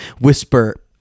whisper